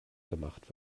gemacht